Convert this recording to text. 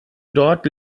dort